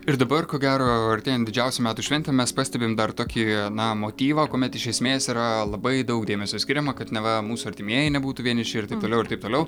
ir dabar ko gero artėjant didžiausiom metų šventėm mes pastebim dar tokį na motyvą kuomet iš esmės yra labai daug dėmesio skiriama kad neva mūsų artimieji nebūtų vieniši ir taip toliau ir taip toliau